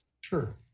Sure